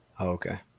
Okay